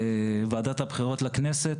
כי אנחנו, זה קריאה שנייה ושלישית.